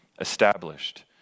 established